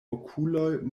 okuloj